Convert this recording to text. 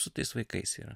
su tais vaikais yra